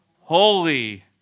holy